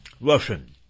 Russian